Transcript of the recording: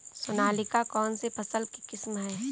सोनालिका कौनसी फसल की किस्म है?